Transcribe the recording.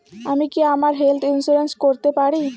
আমি কি আমার হেলথ ইন্সুরেন্স করতে পারি?